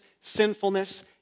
sinfulness